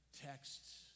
texts